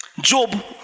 Job